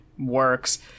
Works